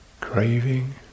craving